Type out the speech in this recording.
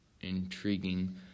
intriguing